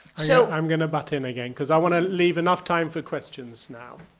so i'm gonna butt in again. cause i wanna leave enough time for questions now.